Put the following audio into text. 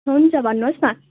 हुन्छ भन्नुहोस् न